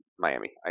Miami